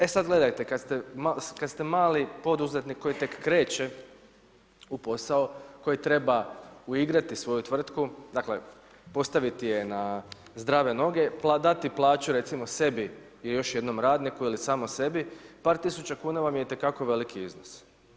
E sad gledajte kad ste mali poduzetnik koji tek kreće u posao, koji treba uigrati svoju tvrtku, dakle postaviti je na zdrave noge, dati plaću recimo sebi i još jednom radniku ili samo sebi, par tisuća kuna vam je itekako veliki iznos.